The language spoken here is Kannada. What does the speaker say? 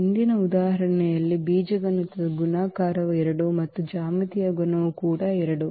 ಹಿಂದಿನ ಉದಾಹರಣೆಯಲ್ಲಿ ಬೀಜಗಣಿತದ ಗುಣಾಕಾರವು 2 ಮತ್ತು ಜ್ಯಾಮಿತೀಯ ಗುಣವು ಕೂಡ 2